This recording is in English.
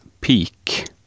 Peak